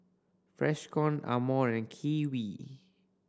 Freshkon Amore and Kiwi